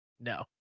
No